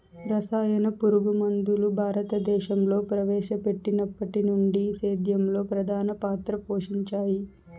రసాయన పురుగుమందులు భారతదేశంలో ప్రవేశపెట్టినప్పటి నుండి సేద్యంలో ప్రధాన పాత్ర పోషించాయి